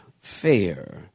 fair